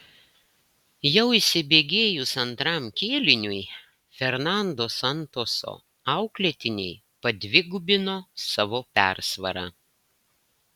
jau įsibėgėjus antram kėliniui fernando santoso auklėtiniai padvigubino savo persvarą